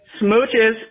smooches